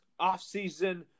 offseason